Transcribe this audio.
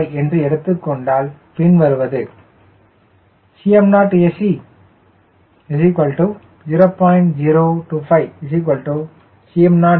025 என்று எடுத்துக்கொண்டால் பின் வருவது Cm0ac 0